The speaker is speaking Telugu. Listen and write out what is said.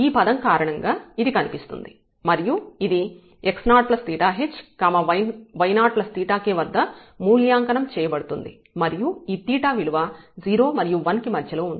ఈ పదం కారణంగా ఇది కనిపిస్తుంది మరియు ఇది x0𝜃h y0𝜃k వద్ద మూల్యాంకనం చేయబడుతుంది మరియు ఈ 𝜃 విలువ 0 మరియు 1 కి మధ్యలో ఉంటుంది